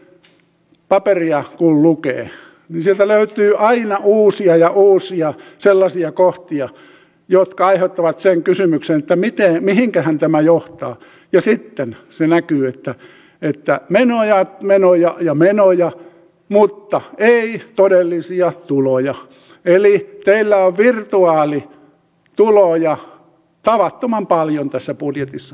kun sosialidemokraattien paperia lukee niin sieltä löytyy aina uusia ja uusia sellaisia kohtia jotka aiheuttavat sen kysymyksen että mihinkähän tämä johtaa ja sitten se näkyy että menoja menoja ja menoja mutta ei todellisia tuloja eli teillä on virtuaalituloja tavattoman paljon tässä budjetissa